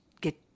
get